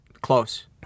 Close